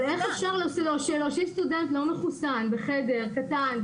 אבל איך אפשר להושיב סטודנט לא מחוסן בחדר קטן,